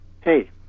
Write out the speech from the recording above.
hey